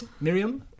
Miriam